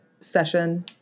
session